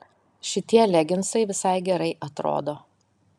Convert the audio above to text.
šitie leginsai visai gerai atrodo